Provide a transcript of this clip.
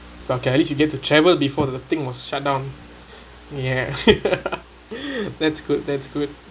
okay at least you get to travel before the thing was shut down ya that's good that's good